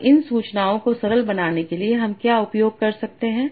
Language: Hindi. और इन सूचनाओं को सरल बनाने के लिए हम क्या उपयोग कर सकते हैं